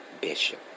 Bishop